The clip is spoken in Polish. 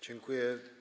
Dziękuję.